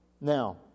Now